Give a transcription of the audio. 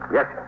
Yes